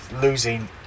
losing